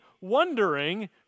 wondering